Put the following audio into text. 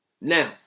Now